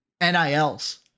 NILs